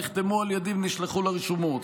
נחתמו על ידי ונשלחו לרשומות,